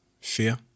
fear